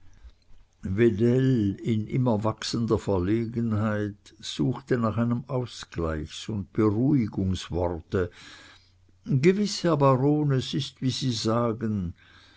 in immer wachsender verlegenheit suchte nach einem ausgleichs und beruhigungsworte gewiß herr baron es ist wie sie sagen